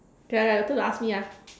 okay ah ya your turn to ask me ah